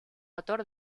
autor